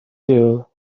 dull